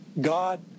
God